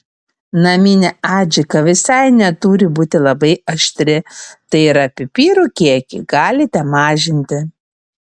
naminė adžika visai neturi būti labai aštri tai yra pipirų kiekį galite mažinti